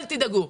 אל תדאגו.